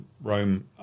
Rome